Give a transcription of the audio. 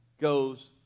goes